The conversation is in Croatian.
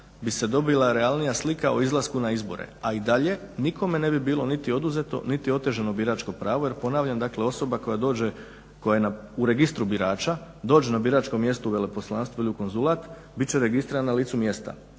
bi se dobila realnija slika o izlasku na izbore, a i dalje nikome ne bi bilo niti oduzeto niti otežano biračko pravo jer ponavljam dakle osoba koja dođe, koja je u Registru birača dođe na biračko mjesto u veleposlanstvo ili u konzulat bit će registrirana na licu mjesta.